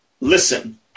listen